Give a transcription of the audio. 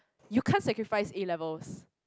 you can't sacrifice A-levels